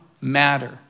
matter